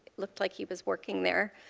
looked like he was working there.